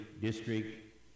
district